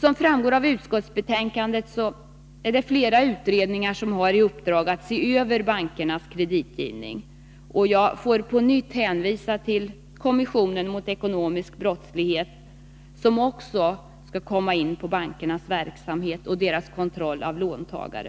Som framgår av utskottsbetänkandet är det flera utredningar som har i uppdrag att se över bankernas kreditgivning, och jag får på nytt hänvisa till kommissionen mot ekonomisk brottslighet, som också skall komma in på bankernas verksamhet och deras kontroll av låntagare.